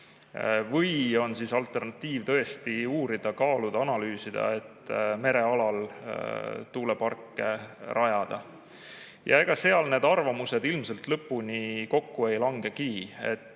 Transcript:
või on alternatiiv tõesti uurida, kaaluda, analüüsida, et rajada tuuleparke merealale. Ja ega seal need arvamused ilmselt lõpuni kokku ei langegi.